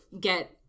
get